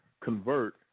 convert